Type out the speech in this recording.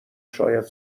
شاید